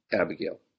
Abigail